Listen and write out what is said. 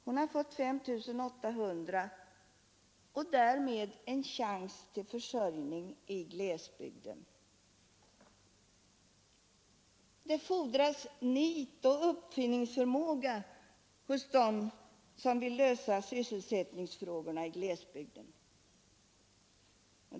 Hon har fått 5 800, och därmed en chans till försörjning i glesbygden. Det fordras nit och uppfinningsförmåga hos dem som vill lösa sysselsättningsfrågorna i glesbygden.